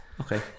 okay